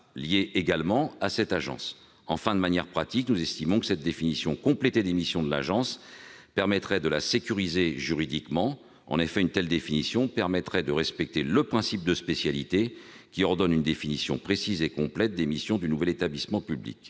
liée également à cette agence. Enfin, de manière pratique, nous estimons que cette définition complétée des missions de l'agence permettrait de sécuriser celle-ci juridiquement. En effet, une telle définition permettrait de respecter le principe de spécialité qui ordonne une définition précise et complète des missions du nouvel établissement public.